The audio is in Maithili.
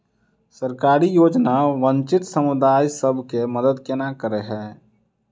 सरकारी योजना वंचित समुदाय सब केँ मदद केना करे है?